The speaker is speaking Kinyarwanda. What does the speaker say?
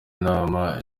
nama